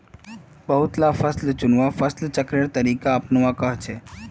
बहुत ला फसल चुन्वात फसल चक्रेर तरीका अपनुआ कोह्चे